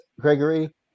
Gregory